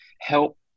help